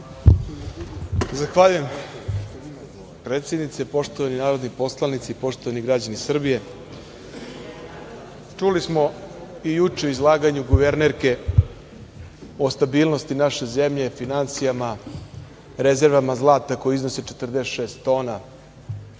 Zahvaljujem. Predsednice, poštovani narodni poslanici, poštovani građani Srbije, čuli smo i juče u izlaganju guvernerke o stabilnosti naše zemlje, finansijama, rezervama zlata koje iznose 46 tona,